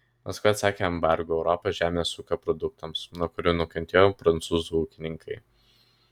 maskva atsakė embargu europos žemės ūkio produktams nuo kurio nukentėjo prancūzų ūkininkai